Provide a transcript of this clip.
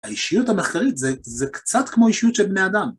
האישיות המחקרית זה... זה קצת כמו אישיות של בני אדם